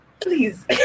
Please